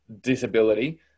disability